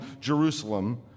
Jerusalem